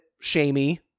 shamey